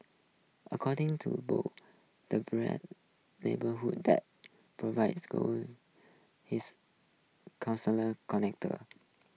according to Boo the neighbourhood that provides call his council connector